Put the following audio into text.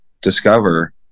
discover